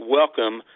welcome